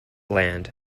land